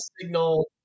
signal